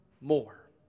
more